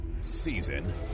season